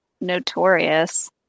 notorious